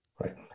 right